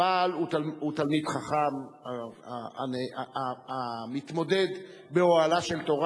הבעל הוא תלמיד חכם המתמודד באוהלה של תורה,